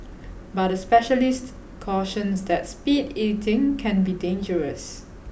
but a specialist cautions that speed eating can be dangerous